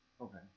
Okay